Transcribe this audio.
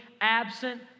absent